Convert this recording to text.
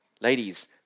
Ladies